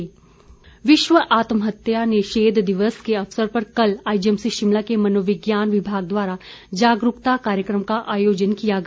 जागरुकता कार्यक्रम विश्व आत्महत्या निषेध दिवस के अवसर पर कल आईजीएमसी शिमला के मनोविज्ञान विभाग द्वारा जागरूकता कार्यक्रम का आयोजन किया गया